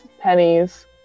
pennies